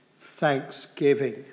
thanksgiving